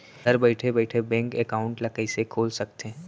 घर बइठे बइठे बैंक एकाउंट ल कइसे खोल सकथे?